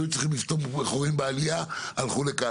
היו צריכים לסתום חורים בעלייה, הלכו לכאן.